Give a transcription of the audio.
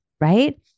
Right